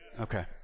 Okay